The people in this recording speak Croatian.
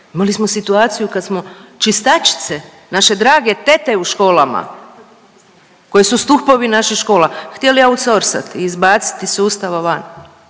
Imali smo situaciju kada smo čistačice, naše drage tete u školama, koje su stupovi naših škola htjeli outsorsati i izbaciti iz sustava van,